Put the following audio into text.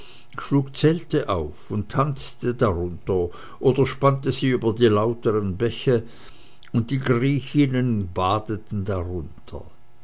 schlug zelte auf und tanzte darunter oder spannte sie über die lauteren bäche und die griechinnen badeten darunter